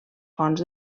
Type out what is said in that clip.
fonts